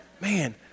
man